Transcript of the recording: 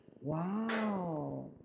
Wow